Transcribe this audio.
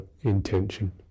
intention